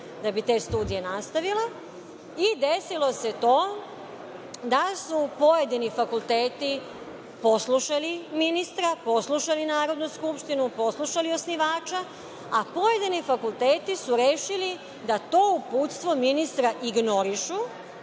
da bi te studije nastavila. I desilo se to da su pojedini fakulteti poslušali ministra, poslušali Narodnu skupštinu, poslušali osnivača, a pojedini fakulteti su rešili da to uputstvo ministra ignorišu